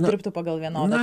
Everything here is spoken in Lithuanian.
dirbtų pagal vienodą